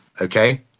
okay